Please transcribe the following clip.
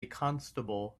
constable